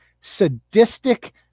sadistic